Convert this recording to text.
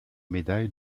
médaille